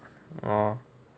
orh